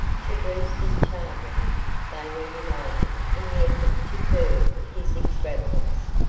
to brewster's chagrin they were united in the effort to curb his extravagance.